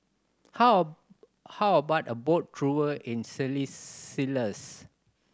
how how about a boat tour in Seychelles